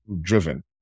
driven